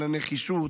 על הנחישות,